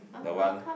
that one